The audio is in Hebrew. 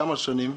כמה שנים?